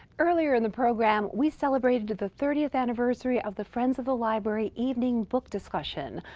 earlier in the program, we celebrated the thirtieth anniversary of the friends of the library evening book discussion,